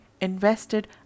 invested